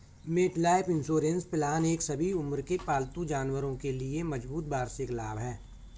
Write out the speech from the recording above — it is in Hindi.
मेटलाइफ इंश्योरेंस प्लान एक सभी उम्र के पालतू जानवरों के लिए मजबूत वार्षिक लाभ है